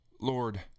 Lord